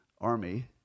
army